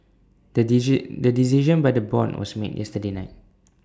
the the decision by the board was made yesterday night